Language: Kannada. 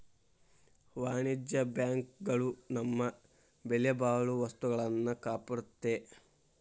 ವಾಣಿಜ್ಯ ಬ್ಯಾಂಕ್ ಗಳು ನಮ್ಮ ಬೆಲೆಬಾಳೊ ವಸ್ತುಗಳ್ನ ಕಾಪಾಡ್ತೆತಿ